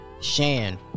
Shan